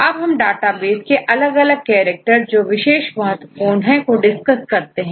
अब हम डेटाबेस के अलग अलग कैरेक्टर जो विशेष महत्वपूर्ण हैं को डिस्कस करते हैं